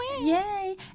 Yay